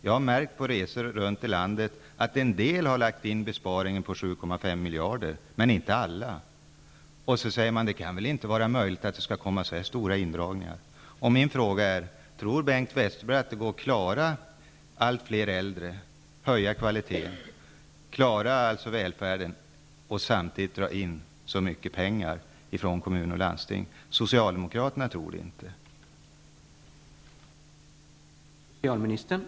På resor runt om i landet har jag märkt att en del har lagt in besparingen på 7,5 miljarder, men alla har inte gjort det. De säger att det väl inte kan vara möjligt att det skall göras så stora indragningar. Min fråga är: Tror Bengt Westerberg att det går att klara allt fler äldre och höja kvaliteten, dvs. klara välfärden och samtidigt dra in så mycket pengar från kommuner och landsting? Socialdemokraterna tror inte det.